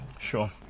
Sure